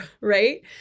right